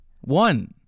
One